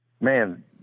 Man